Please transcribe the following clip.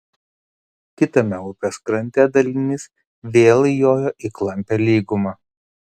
kitame upės krante dalinys vėl įjojo į klampią lygumą